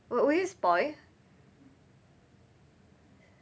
but will it spoil